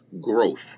growth